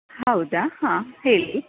ಹೌದಾ ಹಾಂ ಹೇಳಿ